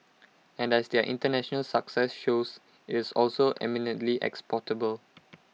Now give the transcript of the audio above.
and as their International success shows IT is also eminently exportable